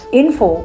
info